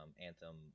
Anthem